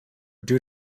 due